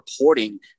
reporting